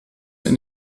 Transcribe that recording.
ein